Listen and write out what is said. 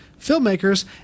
filmmakers